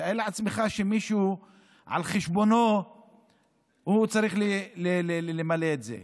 תאר לעצמך שמישהו על חשבונו צריך למלא את זה.